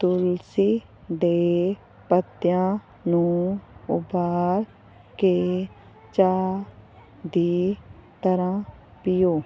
ਤੁਲਸੀ ਦੇ ਪੱਤਿਆਂ ਨੂੰ ਉਭਾਲ ਕੇ ਚਾਹ ਦੀ ਤਰ੍ਹਾਂ ਪੀਓ